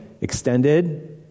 extended